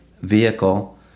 vehicle